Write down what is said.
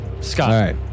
Scott